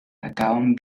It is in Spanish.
acaban